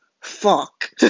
Fuck